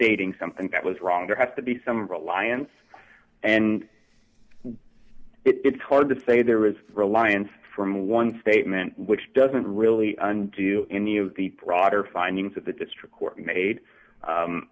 tating something that was wrong there has to be some reliance and it's hard to say there was reliance from one statement which doesn't really do any of the prod or findings that the district court made